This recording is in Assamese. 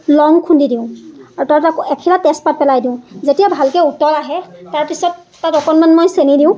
লং খুন্দি দিওঁ আৰু তাৰ তাত এখিলা তেজপাত পেলাই দিওঁ যেতিয়া ভালকৈ উতল আহে তাৰপিছত তাত অকণমান মই চেনি দিওঁ